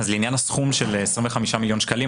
לעניין הסכום של 25,000,000 שקלים,